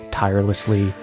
tirelessly